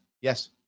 Yes